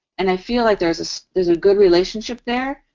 and i feel like there's a so there's a good relationship there.